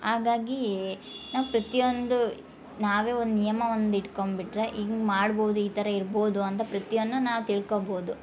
ಹಾಗಾಗಿ ನಾವು ಪ್ರತಿಯೊಂದು ನಾವೇ ಒಂದು ನಿಯಮ ಒಂದು ಇಟ್ಕೊಂಬಿಟ್ಟರೆ ಈಗ ಮಾಡ್ಬೋದು ಈ ಥರ ಇರ್ಬೋದು ಅಂತ ಪ್ರತಿಯೊಂದ್ನು ನಾವು ತಿಳ್ಕೊಬೋದು